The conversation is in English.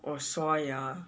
uh 刷牙 ah